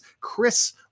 Chris